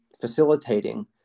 facilitating